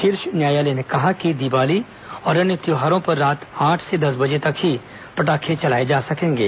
शीर्ष न्यायालय ने कहा कि दीवाली और अन्य त्योहारों पर रात आठ से दस बजे तक ही पटाखे चलाये जा सकेंगे